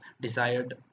desired